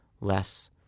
less